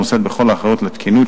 היא נושאת בכל האחריות לתקינות,